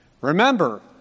Remember